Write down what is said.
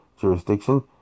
jurisdiction